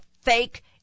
fake